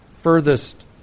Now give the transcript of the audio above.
furthest